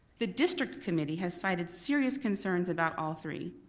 the district committee has cited serious concerns about all three,